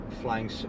flying